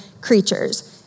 creatures